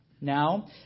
Now